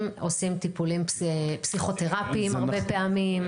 עושים טיפולים פסיכותרפיים הרבה פעמים.